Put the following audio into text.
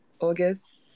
August